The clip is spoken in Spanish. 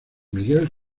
miguel